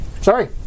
Sorry